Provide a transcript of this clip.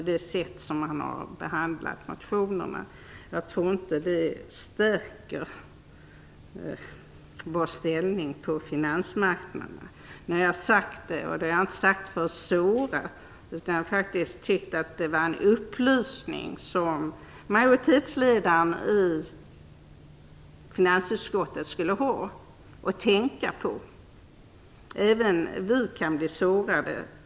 Jag tror inte att sådant här stärker Sveriges ställning på finansmarknaden. Jag säger inte detta för att såra. I stället tycker jag att det är en upplysning som majoritetsledaren i finansutskottet skall ha att tänka på. Även vi kan bli sårade.